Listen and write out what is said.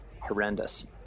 horrendous